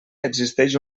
existeix